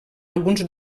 alguns